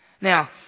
Now